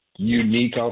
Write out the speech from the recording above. Unique